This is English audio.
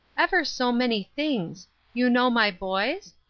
ever so many things you know my boys?